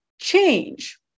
change